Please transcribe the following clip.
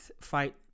fight